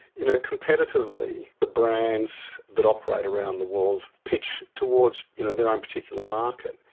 you know, competitively the brands that operate around the world pitch towards you know their own particular market,